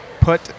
put